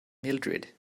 mildrid